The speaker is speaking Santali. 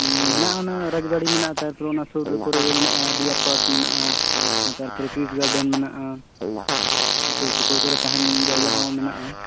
ᱢᱮᱱᱟᱜᱼᱟ ᱚᱱᱮ ᱨᱟᱡᱽ ᱵᱟᱲᱤ ᱢᱮᱱᱟᱜᱼᱟ ᱛᱟᱨᱯᱚᱨᱮ ᱚᱱᱟ ᱥᱩᱨ ᱠᱚᱨᱮ ᱜᱮ ᱢᱮᱱᱮᱜᱼᱟ ᱰᱤᱭᱟᱨ ᱯᱟᱨᱠ ᱢᱮᱱᱟᱜᱼᱟ ᱛᱟᱨᱯᱚᱨᱮ ᱠᱤᱥ ᱜᱟᱨᱰᱮᱱ ᱢᱮᱱᱟᱜᱼᱟ ᱥᱩᱨ ᱥᱩᱯᱩᱨ ᱠᱚᱨᱮ ᱛᱟᱦᱮᱱ ᱡᱟᱭᱜᱟ ᱦᱚᱸ ᱸ ᱢᱮᱱᱟᱜᱼᱟ